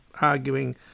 arguing